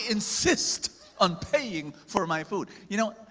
insist on paying for my food. you know.